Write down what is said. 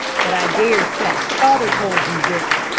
but i dare say father told you this.